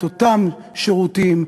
את אותם שירותים,